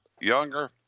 younger